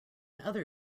other